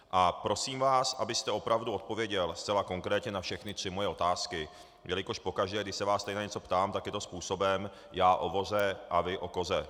A prosím vás, abyste opravdu odpověděl zcela konkrétně na všechny tři moje otázky, jelikož pokaždé když se vás tady na něco ptám, tak je to způsobem já o voze a vy o koze.